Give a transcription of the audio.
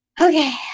Okay